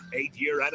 eight-year